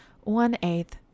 one-eighth